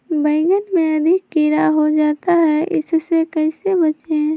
बैंगन में अधिक कीड़ा हो जाता हैं इससे कैसे बचे?